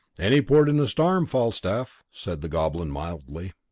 any port in a storm, falstaff, said the goblin, mildly.